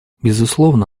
безусловно